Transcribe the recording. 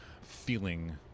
feeling